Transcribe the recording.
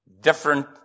different